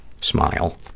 Smile